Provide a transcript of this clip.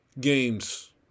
games